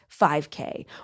5K